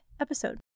episode